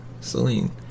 Celine